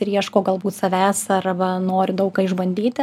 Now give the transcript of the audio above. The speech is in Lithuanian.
ir ieško galbūt savęs arba nori daug ką išbandyti